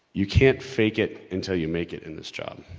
you can't fake it until you make it in this job,